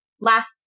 last